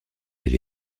elle